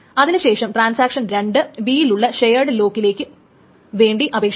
അതിനു ശേഷം transaction 2 B യിലുള്ള ഷെയേട് ലോക്കിലേക്ക് വേണ്ടി അപേക്ഷിക്കുന്നു